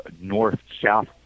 north-south